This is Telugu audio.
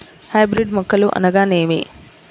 హైబ్రిడ్ మొక్కలు అనగానేమి?